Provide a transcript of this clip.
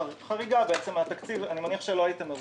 בחריגה מן התקציב, אני מניח שלא הייתם מרוצים.